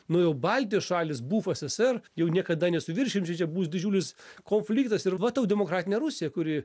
nu jau baltijos šalys buv eseser jau niekada nesuvirškinsim čia bus didžiulis konfliktas ir va tau demokratinė rusija kuri